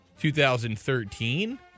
2013